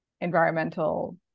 environmental